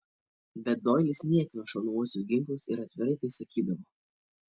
bet doilis niekino šaunamuosius ginklus ir atvirai tai sakydavo